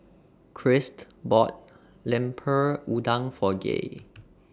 Christ bought Lemper Udang For Gay